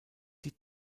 die